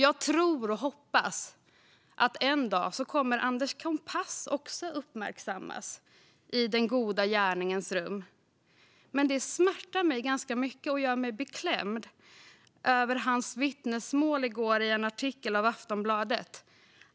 Jag tror och hoppas att också Anders Kompass en dag kommer att uppmärksammas i den goda gärningens rum. Men det smärtar mig ganska mycket och gör mig beklämd att läsa hans vittnesmål i en artikel i Aftonbladet i går.